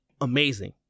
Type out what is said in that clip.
amazing